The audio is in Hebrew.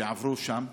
שעברו שם.